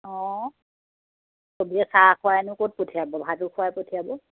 অঁ ছবিয়ে চাহ খুৱাইনো ক'ত পঠিয়াব ভাতো খুৱাই পঠিয়াব